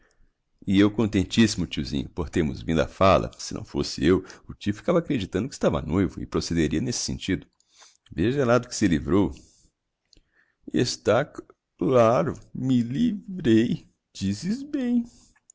e eu contentissimo tiozinho por termos vindo á fala se não fosse eu o tio ficava acreditando que estava noivo e procederia n'esse sentido veja lá do que se livrou está c laro me livrei dizes bem